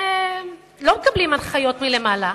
שלא מקבלים הנחיות מלמעלה.